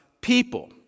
people